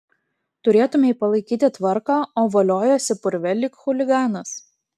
turėtumei palaikyti tvarką o voliojiesi purve lyg chuliganas